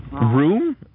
Room